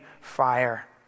fire